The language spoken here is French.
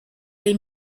les